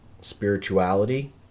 spirituality